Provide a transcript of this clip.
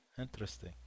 Interesting